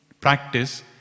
practice